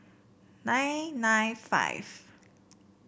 nine nine five